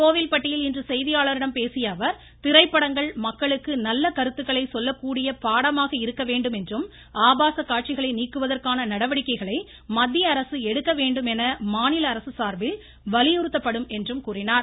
கோவில்பட்டியில் இன்று செய்தியாளர்களிடம் பேசிய அவர் திரைப்படங்கள் மக்களுக்கு நல்ல கருத்துக்களை சொல்லக்கூடிய பாடமாக இருக்க வேண்டும் என்றும் ஆபாச காட்சிகளை நீக்குவதற்கான நடவடிக்கைகளை மத்திய அரசு எடுக்க வேண்டும் என மாநில அரசு சார்பில் வலியுறுத்தப்படும் என்றார்